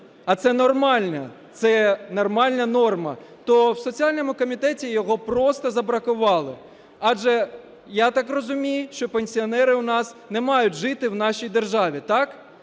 це нормальна норма, то в соціальному комітеті його просто забракували. Адже я так розумію, що пенсіонери у нас не мають жити в нашій державі, так?